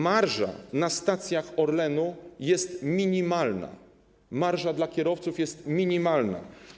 Marża na stacjach Orlenu jest minimalna, marża dla kierowców jest minimalna.